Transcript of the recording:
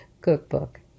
cookbook